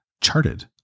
charted